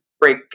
break